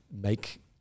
make